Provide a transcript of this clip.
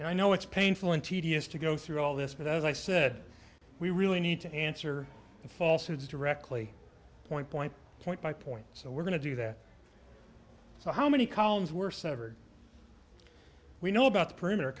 and i know it's painful and tedious to go through all this but as i said we really need to answer the falsity directly point point point by point so we're going to do that so how many columns were severed we know about the perimeter